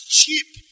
cheap